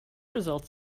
results